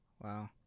Wow